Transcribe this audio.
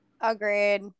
agreed